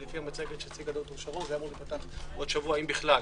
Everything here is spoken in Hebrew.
כי לפי המצגת שהציגה שרון היה אמור להיות עוד שבוע אם בכלל.